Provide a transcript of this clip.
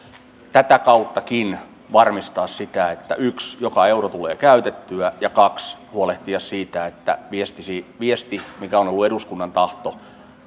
tätä kauttakin yksi varmistaa että joka euro tulee käytettyä ja kaksi huolehtia siitä että viesti viesti mikä on ollut eduskunnan tahto että